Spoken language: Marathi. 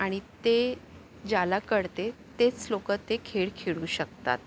आणि ते ज्याला कळते तेच लोकं ते खेळ खेळू शकतात